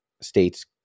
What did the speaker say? States